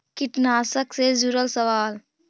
कीटनाशक से जुड़ल सवाल?